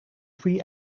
three